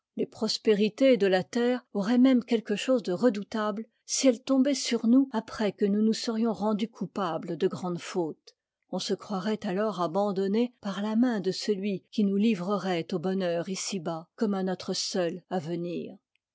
les prospérités de la terre auraient même quelque chose de redoutable si elles tombaient sur nous après que nous nous serions rendus coupables de grandes fautes on se croirait alors abandonné par la main de celui qui nous livrerait au bonheur ici-bas comme à notre seul avenir